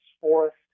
forest